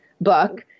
book